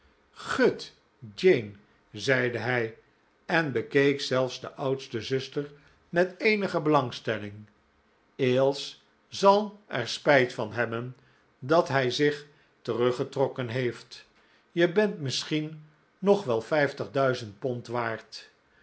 gut jane zeide hij en bekeek zelfs de oudste zuster met eenige belangstelling eels zal er spijt van hebben dat hij zich teruggetrokken heeft je bent misschien nog wel vijftig duizend pond waard